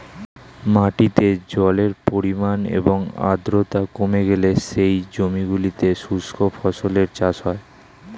মাটিতে জলের পরিমাণ এবং আর্দ্রতা কমে গেলে সেই জমিগুলোতে শুষ্ক ফসলের চাষ হয়